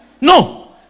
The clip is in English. no